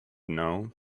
now